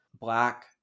black